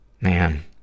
Man